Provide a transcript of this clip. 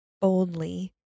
boldly